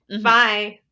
bye